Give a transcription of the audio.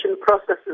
processes